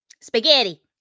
Spaghetti